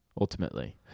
Ultimately